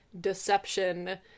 deception